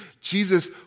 Jesus